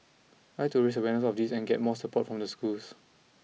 I'd like to raise awareness of this and get more support from the schools